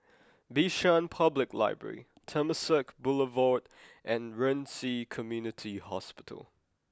Bishan Public Library Temasek Boulevard and Ren Ci Community Hospital